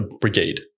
brigade